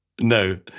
no